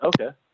okay